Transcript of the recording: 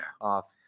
off